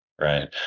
right